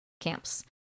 camps